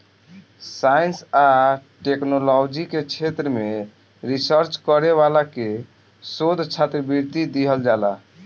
science आ technology के क्षेत्र में रिसर्च करे वाला के शोध छात्रवृत्ति दीहल जाला